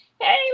Hey